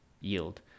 yield